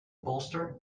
bolster